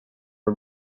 are